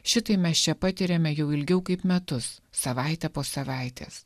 šitai mes čia patiriame jau ilgiau kaip metus savaitė po savaitės